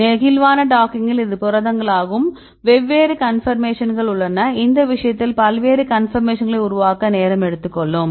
நெகிழ்வான டாக்கிங்கில் இது புரதங்களாகும் வெவ்வேறு கன்பர்மேஷன்கள் உள்ளன இந்த விஷயத்தில் பல்வேறு கன்பர்மேஷன்களை உருவாக்க நேரம் எடுத்துக் கொள்ளும்